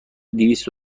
دویست